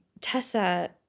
Tessa